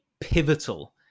pivotal